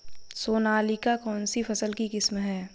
सोनालिका कौनसी फसल की किस्म है?